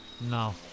No